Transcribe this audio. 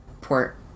port